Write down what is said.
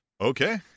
Okay